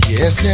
Yes